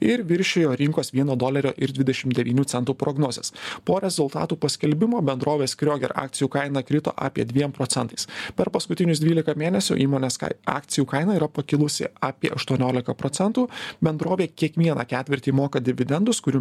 ir viršijo rinkos vieno dolerio ir dvidešim devynių centų prognozes po rezultatų paskelbimo bendrovės krioger akcijų kaina krito apie dviem procentais per paskutinius dvylika mėnesių įmonės akcijų kaina yra pakilusi apie aštuoniolika procentų bendrovė kiekvieną ketvirtį moka dividendus kurių